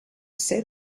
say